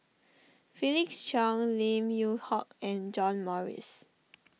Felix Cheong Lim Yew Hock and John Morrice